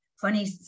funny